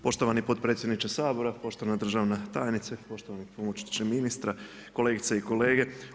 Poštovani predsjedniče Sabora, poštovana državna tajnice, poštovani pomoćniče ministra, kolegice i kolege.